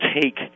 take